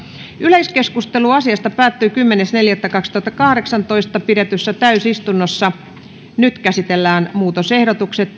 yleiskeskustelu asiasta päättyi kymmenes neljättä kaksituhattakahdeksantoista pidetyssä täysistunnossa nyt käsitellään muutosehdotukset